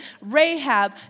Rahab